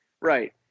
Right